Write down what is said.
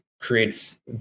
creates